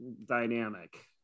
dynamic